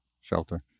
shelter